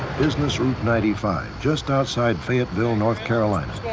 business route ninety five, just outside fayetteville, north carolina.